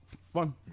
Fun